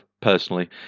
personally